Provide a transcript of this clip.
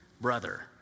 brother